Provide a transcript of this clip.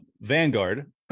vanguard